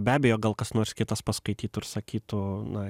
be abejo gal kas nors kitas paskaitytų ir sakytų na